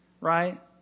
right